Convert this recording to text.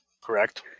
Correct